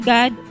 God